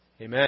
Amen